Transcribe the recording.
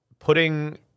putting